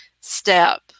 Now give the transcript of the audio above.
step